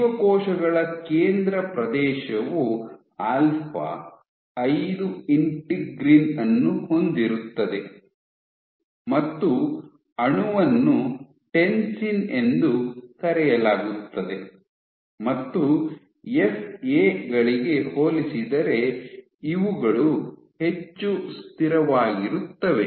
ಜೀವಕೋಶಗಳ ಕೇಂದ್ರ ಪ್ರದೇಶವು ಆಲ್ಫಾ ಐದು ಇಂಟಿಗ್ರೀನ್ ಯನ್ನು ಹೊಂದಿರುತ್ತದೆ ಮತ್ತು ಅಣುವನ್ನು ಟೆನ್ಸಿನ್ ಎಂದು ಕರೆಯಲಾಗುತ್ತದೆ ಮತ್ತು ಎಫ್ಎ ಗಳಿಗೆ ಹೋಲಿಸಿದರೆ ಇವುಗಳು ಹೆಚ್ಚು ಸ್ಥಿರವಾಗಿರುತ್ತವೆ